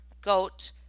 goat